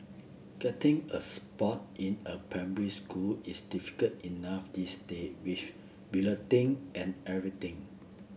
getting a spot in a primary school is difficult enough these day with balloting and everything